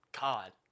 God